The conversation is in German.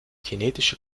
kinetische